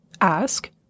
ask